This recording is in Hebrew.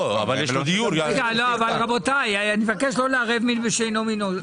אני מבקש לא לערב מין בשאינו מינו.